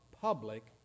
public